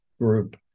group